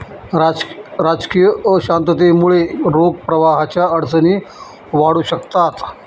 राजकीय अशांततेमुळे रोख प्रवाहाच्या अडचणी वाढू शकतात